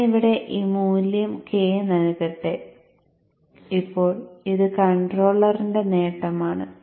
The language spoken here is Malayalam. ഞാൻ ഇവിടെ മൂല്യം k നൽകട്ടെ ഇപ്പോൾ ഇത് കൺട്രോളറിന്റെ നേട്ടമാണ്